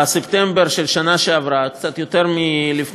בספטמבר של השנה שעברה, לפני קצת יותר משנה,